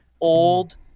old